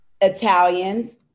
Italians